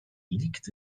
liegt